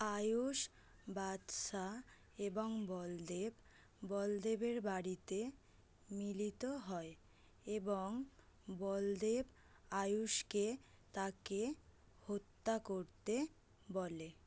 আয়ূষ বাদশা এবং বলদেব বলদেবের বাড়িতে মিলিত হয় এবং বলদেব আয়ূষকে তাকে হত্যা করতে বলে